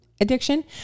addiction